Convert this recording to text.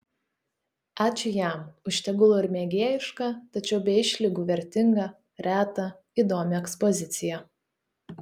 ačiū jam už tegul ir mėgėjišką tačiau be išlygų vertingą retą įdomią ekspoziciją